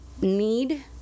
need